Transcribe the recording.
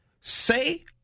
say